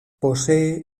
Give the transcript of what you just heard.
posee